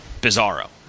Bizarro